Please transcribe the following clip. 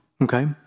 Okay